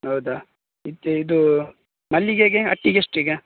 ಹೌದಾ ಇದಕ್ಕೆ ಇದು ಮಲ್ಲಿಗೆಗೆ ಅಟ್ಟಿಗೆ ಎಷ್ಟೀಗ